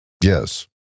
Yes